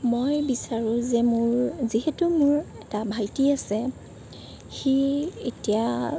মই বিচাৰোঁ যে মোৰ যিহেতু মোৰ এটা ভাইটি আছে সি এতিয়া